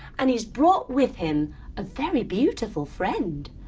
and he's brought with him a very beautiful friend.